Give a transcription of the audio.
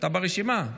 אתה ברשימה.